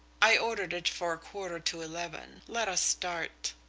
i ordered it for a quarter to eleven. let us start.